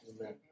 Amen